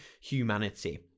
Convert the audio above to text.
humanity